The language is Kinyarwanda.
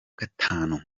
gatanu